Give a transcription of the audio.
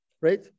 right